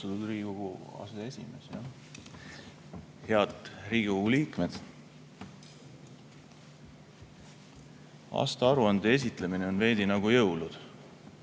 Austatud Riigikogu aseesimees! Head Riigikogu liikmed! Aastaaruande esitlemine on veidi nagu jõulud: